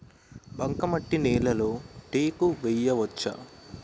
బంకమట్టి నేలలో టేకు వేయవచ్చా?